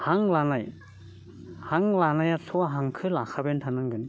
हां लानाय हां लानायाथ' हांखो लाखाबायानो थानांगोन